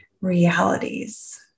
realities